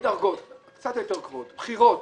מדרגות קצת יותר גבוהות, בכירות